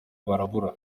barabura